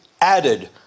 added